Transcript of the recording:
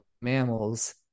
mammals